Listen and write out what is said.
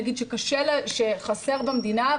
שנגיד חסר במדינה,